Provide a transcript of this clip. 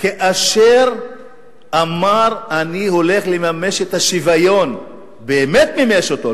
כאשר אמר "אני הולך לממש את השוויון" באמת מימש אותו,